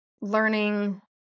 learning